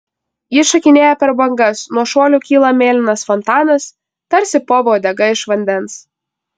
ji šokinėja per bangas nuo šuolių kyla mėlynas fontanas tarsi povo uodega iš vandens